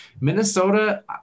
Minnesota